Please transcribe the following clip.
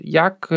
jak